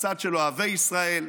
בצד של אוהבי ישראל,